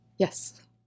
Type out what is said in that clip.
Yes